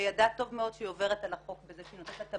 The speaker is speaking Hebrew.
שידעה טוב מאוד שהיא עוברת על החוק בזה שהיא נותנת לה את